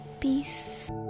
peace